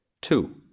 Two